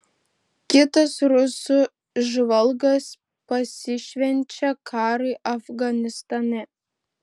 kitas rusų žvalgas pasišvenčia karui afganistane